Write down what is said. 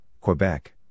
Quebec